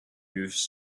moved